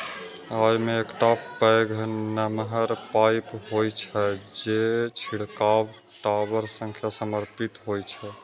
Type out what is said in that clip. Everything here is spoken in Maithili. अय मे एकटा पैघ नमहर पाइप होइ छै, जे छिड़काव टावर सं समर्थित होइ छै